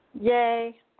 yay